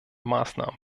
maßnahmen